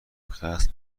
قصد